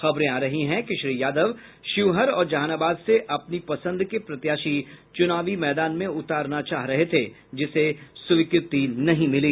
खबरें आ रही हैं कि श्री यादव शिवहर और जहानाबाद से अपने पसंद के प्रत्याशी चुनावी मैदान में उतारना चाह रहे थे जिसे स्वीकृति नहीं मिली